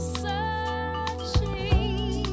searching